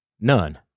None